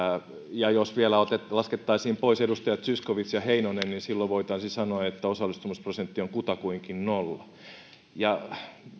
ja jos vielä laskettaisiin pois edustajat zyskowicz ja heinonen silloin voitaisiin sanoa että osallistumisprosentti on kutakuinkin nolla ja